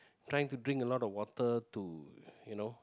trying to drink a lot of water to you know